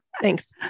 thanks